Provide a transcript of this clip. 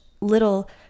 little